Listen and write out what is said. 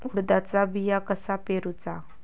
उडदाचा बिया कसा पेरूचा?